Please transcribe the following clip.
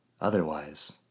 Otherwise